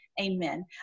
Amen